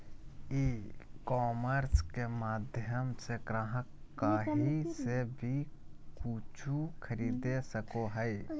ई commerce के माध्यम से ग्राहक काही से वी कूचु खरीदे सको हइ